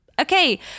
Okay